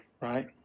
right